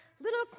Little